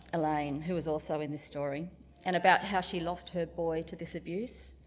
elaine, who is also in the story and about how she lost her boy to this abuse.